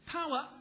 power